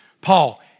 Paul